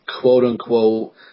quote-unquote